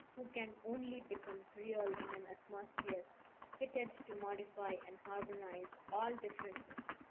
who can only become real in an atmosphere fitted to modify and harmonize all differences,